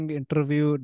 interview